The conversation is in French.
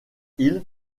hill